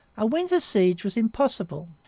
a winter siege was impossible.